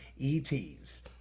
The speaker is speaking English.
et's